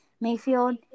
Mayfield